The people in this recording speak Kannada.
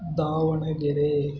ದಾವಣಗೆರೆ